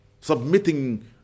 Submitting